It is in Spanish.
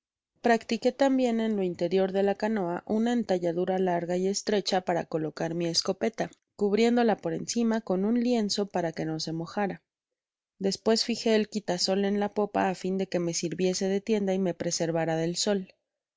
practiqué tambien en lo interior de la canoa una entalladura larga y estrecha para colocar mi escopeta cubriéndola por encima con un lienzo para que no se mojara despues fijé el quitasol en la popa á fin de que me sirviese de tienda y me preservara del sol asi